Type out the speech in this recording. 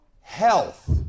health